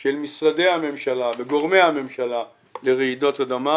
של משרדי הממשלה וגורמי הממשלה לרעידות אדמה,